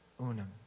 unum